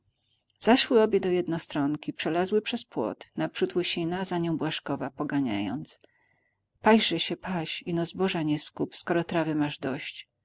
zaszły obie do jednostronki przelazły przez płot naprzód łysina za nią błażkowa poganiając paś że się paś ino zboża nie skub skoro trawy masz dość